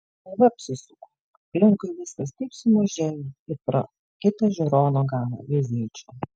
galva apsisuko aplinkui viskas taip sumažėjo it pro kitą žiūrono galą veizėčiau